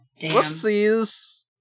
Whoopsies